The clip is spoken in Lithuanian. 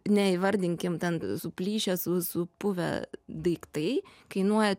neįvardinkim ten suplyšę su supuvę daiktai kainuoja